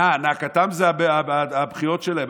"נאקתם" זה הבכיות שלהם,